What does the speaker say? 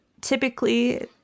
typically